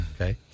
Okay